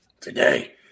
today